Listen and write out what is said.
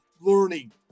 learning